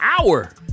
hour